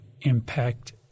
impact